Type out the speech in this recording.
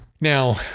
now